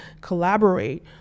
collaborate